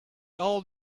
all